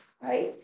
right